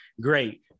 great